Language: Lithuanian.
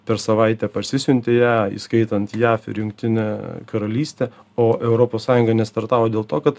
per savaitę parsisiuntė ją įskaitant jav ir jungtinę karalystę o europos sąjunga nestartavo dėl to kad